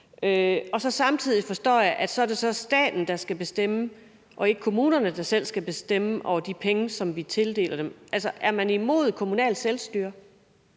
Samtidig forstår jeg, at det så er staten, der skal bestemme, og ikke kommunerne, der selv skal bestemme over de penge, som vi tildeler den. Altså, er man imod kommunalt selvstyre?